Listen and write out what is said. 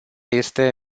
este